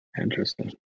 interesting